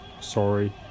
Sorry